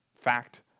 fact